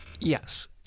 Yes